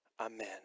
amen